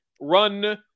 run